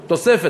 1% תוספת.